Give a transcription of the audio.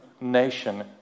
nation